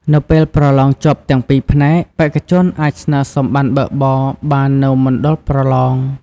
នៅពេលប្រឡងជាប់ទាំងពីរផ្នែក បេក្ខជនអាចស្នើសុំប័ណ្ណបើកបរបាននៅមណ្ឌលប្រឡង។